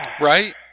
Right